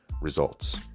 results